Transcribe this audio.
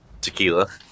tequila